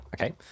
Okay